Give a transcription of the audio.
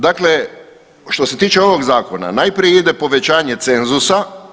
Dakle što se tiče ovog Zakona najprije ide povećanje cenzusa.